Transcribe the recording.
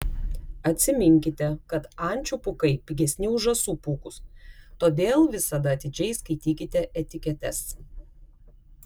atsiminkite kad ančių pūkai pigesni už žąsų pūkus todėl visada atidžiai skaitykite etiketes